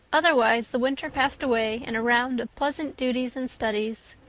otherwise the winter passed away in a round of pleasant duties and studies.